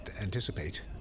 anticipate